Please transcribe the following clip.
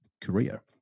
career